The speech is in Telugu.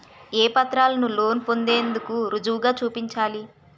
ఏ పత్రాలను లోన్ పొందేందుకు రుజువుగా చూపాలి?